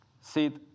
sit